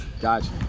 Gotcha